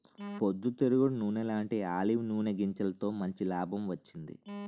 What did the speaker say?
పొద్దు తిరుగుడు నూనెలాంటీ ఆలివ్ నూనె గింజలతో మంచి లాభం వచ్చింది